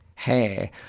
hair